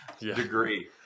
degree